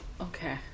Okay